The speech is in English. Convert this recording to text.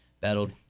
battled